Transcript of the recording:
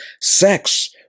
sex